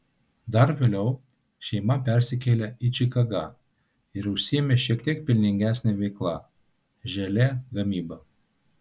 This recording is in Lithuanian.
dar vėliau šeima persikėlė į čikagą ir užsiėmė šiek tiek pelningesne veikla želė gamyba